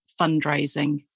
fundraising